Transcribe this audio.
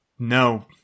No